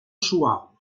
suau